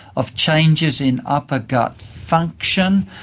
of changes in upper gut function,